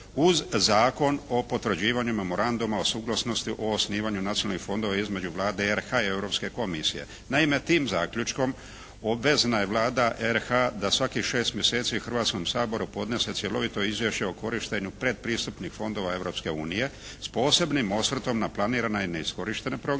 uz Zakon o potvrđivanju Memoranduma o suglasnosti o osnivanju nacionalnih fondova između Vlade RH i Europske komisije. Naime, tim zaključkom obvezana je Vlada RH da svakih 6 mjeseci Hrvatskom saboru podnese cjelovito izvješće o korištenju pretpristupnih fondova Europske unije s posebnim osvrtom na planirana i neiskorištene programe,